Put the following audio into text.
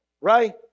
Right